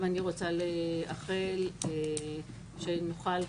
גם אני רוצה לאחל שנוכל כולנו,